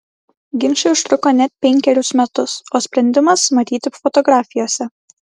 ginčai užtruko net penkerius metus o sprendimas matyti fotografijose